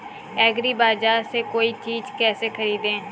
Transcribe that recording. एग्रीबाजार से कोई चीज केसे खरीदें?